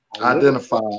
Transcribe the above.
Identify